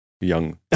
young